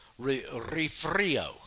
refrio